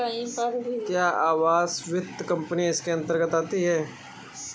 क्या आवास वित्त कंपनी इसके अन्तर्गत आती है?